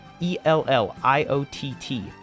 E-L-L-I-O-T-T